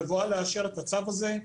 בבואה לאשר את הצו הזה,